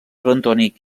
bentònic